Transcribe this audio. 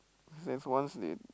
there's once that